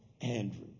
Andrew